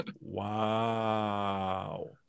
Wow